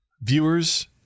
Viewers